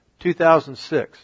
2006